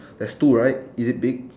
there's two right is it big